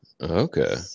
Okay